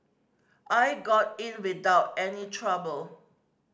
I got in without any trouble